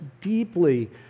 deeply